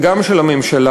וגם של הממשלה,